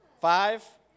five